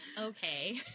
Okay